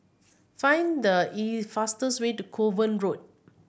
find the fastest way to Kovan Road